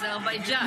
אזרבייג'ן.